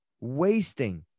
wasting